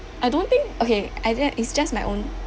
I don't think okay I it's just my own